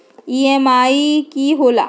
EMI की होला?